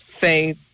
say